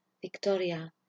Victoria